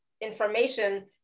information